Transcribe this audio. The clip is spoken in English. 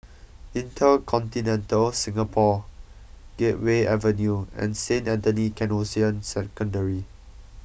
InterContinental Singapore Gateway Avenue and Saint Anthony's Canossian Secondary